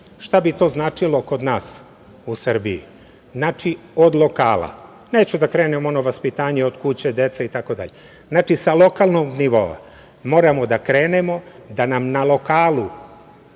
bi to značilo kod nas u Srbiji? Znači, od lokala. Neću da krenem ono vaspitanje od kuće, deca, itd. Znači, sa lokalnog nivoa moramo da krenemo da nam na lokalu